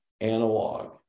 analog